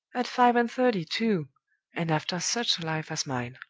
at five-and-thirty, too! and after such a life as mine!